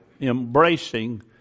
embracing